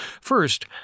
First